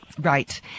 Right